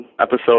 episode